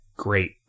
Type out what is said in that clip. Great